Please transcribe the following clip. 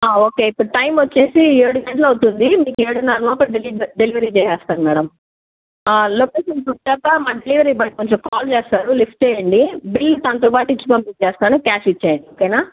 okay ఇప్పుడు time వచ్చేసి ఏడు గంటలు అవుతుంది మీకు ఏడున్నర లోపల డెలి డెలివరీ చేస్తేస్తారు మేడం లొకేషన్కి వచ్చాక మన డెలివరీ బాయ్ కొంచెం కాల్ చేస్తారు లిఫ్ట్ చేయండి బిల్ తనతోపాటు ఇచ్చి పంపించేస్తాను క్యాష్ ఇచ్చేయండి ఓకేనా